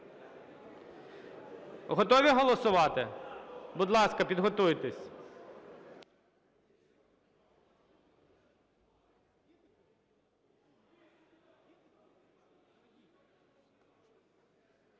Готові голосувати? Будь ласка, підготуйтесь.